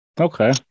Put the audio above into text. Okay